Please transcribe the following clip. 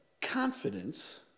confidence